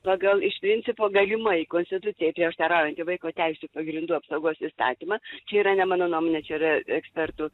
pagal iš principo galimai konstitucijai prieštaraujantį vaiko teisių pagrindų apsaugos įstatymą čia yra ne mano nuomonė čia yra ekspertų